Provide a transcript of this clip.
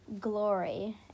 Glory